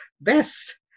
best